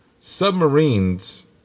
Submarines